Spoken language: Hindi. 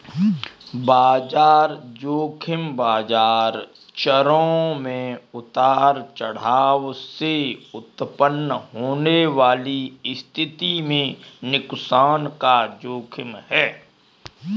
बाजार ज़ोखिम बाजार चरों में उतार चढ़ाव से उत्पन्न होने वाली स्थिति में नुकसान का जोखिम है